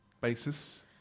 basis